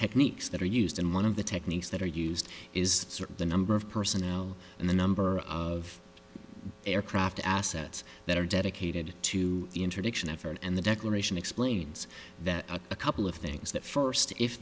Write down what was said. techniques that are used and one of the techniques that are used is sort of the number of personnel and the number of aircraft assets that are dedicated to the interdiction effort and the declaration explains that a couple of things that first if